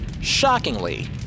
shockingly